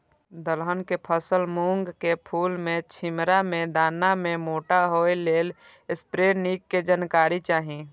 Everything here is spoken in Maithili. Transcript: दलहन फसल मूँग के फुल में छिमरा में दाना के मोटा होय लेल स्प्रै निक के जानकारी चाही?